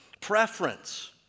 preference